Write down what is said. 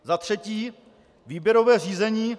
Za třetí: Výběrové řízení.